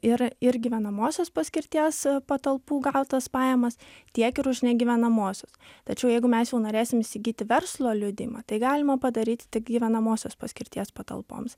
ir ir gyvenamosios paskirties patalpų gautas pajamas tiek ir už negyvenamosios tačiau jeigu mes jau norėsim įsigyti verslo liudijimą tai galima padaryti tik gyvenamosios paskirties patalpoms